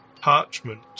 parchment